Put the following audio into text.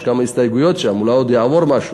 יש כמה הסתייגויות שם, אולי עוד יעבור משהו.